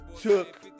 took